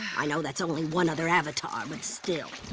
i know that's only one other avatar, but still.